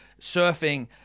Surfing